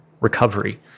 recovery